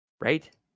right